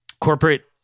corporate